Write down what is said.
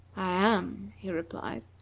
i am, he replied.